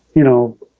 you know,